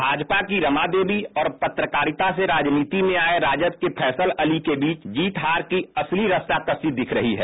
भाजपा की रमा देवी और पत्रकारिता से राजनीति में आये राजद के सैयद फैसल अली के बीच जीत हार की असली रस्सा कस्सी दिख रही है